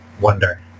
wonder